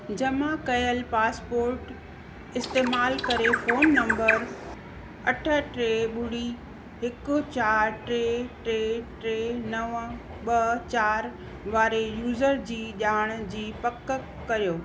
जमा कयलु पासपोट इस्तेमालु करे फोन नंबर अठ टे ॿुड़ी हिकु चारि टे टे टे नव ॿ चारि वारे यूज़र जी ॼाण जी पक कयो